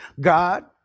God